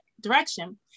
direction